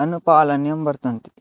अनुपालनीयं वर्तते